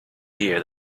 deer